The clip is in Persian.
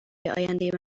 آینده